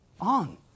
on